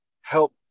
help